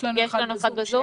יש לנו אחד ב-זום.